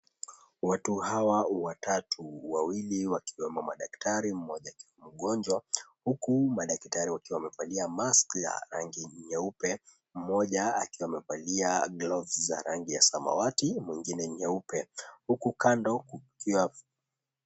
Watu hawa watatu. Wawili wakiwemo madaktari mmoja akiwa mgonjwa. Huku madaktari wakiwa wamevalia mask za rangi nyeupe. Mmoja akiwa amevalia gloves za rangi ya samawati mwingine nyeupe.